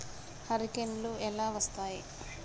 హరికేన్లు ఎలా వస్తాయి?